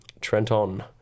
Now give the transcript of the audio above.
trenton